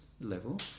level